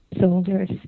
soldiers